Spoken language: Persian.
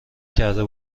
کرده